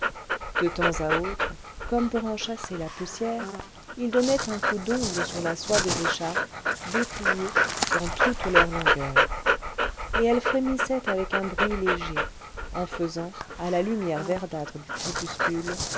de temps à autre comme pour en chasser la poussière il donnait un coup d'ongle sur la soie des écharpes dépliées dans toute leur longueur et elles frémissaient avec un bruit léger en faisant à la lumière verdâtre du crépuscule